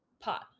Pot